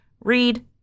Read